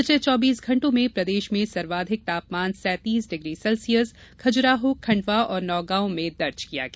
पिछले चौबीस घण्टों में प्रदेश में सर्वाधिक तापमान सैतीस डिग्री सेल्सियस खजुराहो खण्डवा और नौगांव में दर्ज किया गया